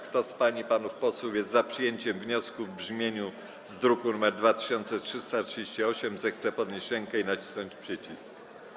Kto z pań i panów posłów jest za przyjęciem wniosku w brzmieniu z druku nr 2338, zechce podnieść rękę i nacisnąć przycisk.